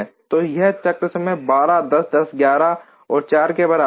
तो यह चक्र समय 12 10 10 11 और 4 के बराबर है